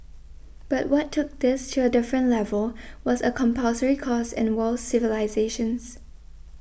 but what took this to a different level was a compulsory course in world civilisations